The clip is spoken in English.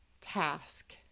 task